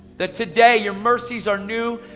that today your mercies are new.